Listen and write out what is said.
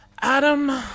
Adam